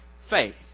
faith